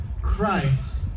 Christ